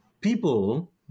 People